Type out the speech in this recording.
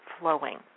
flowing